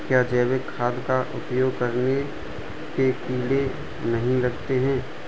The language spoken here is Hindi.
क्या जैविक खाद का उपयोग करने से कीड़े नहीं लगते हैं?